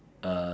uh